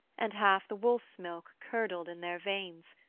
and half the wolf's-milk curdled in their veins,